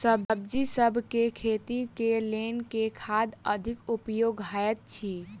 सब्जीसभ केँ खेती केँ लेल केँ खाद अधिक उपयोगी हएत अछि?